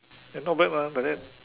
eh not bad mah like that